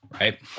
right